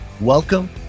welcome